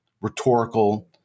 rhetorical